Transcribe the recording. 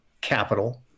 capital